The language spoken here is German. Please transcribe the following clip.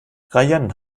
rayen